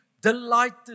delighted